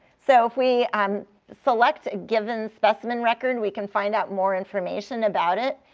so if we um select a given specimen record, we can find out more information about it.